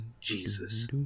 Jesus